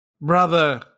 brother